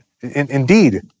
Indeed